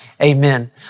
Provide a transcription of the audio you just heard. Amen